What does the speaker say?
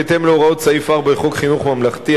בהתאם להוראות סעיף 4 לחוק חינוך ממלכתי,